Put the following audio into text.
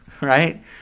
right